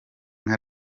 nka